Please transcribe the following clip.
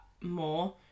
more